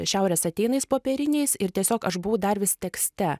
šiaurės ateinais popieriniais ir tiesiog aš buvau dar vis tekste